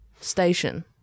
Station